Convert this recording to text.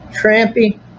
trampy